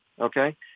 Okay